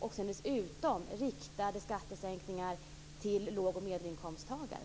Dessutom har man riktade skattesänkningar till låg och medelinkomsttagare.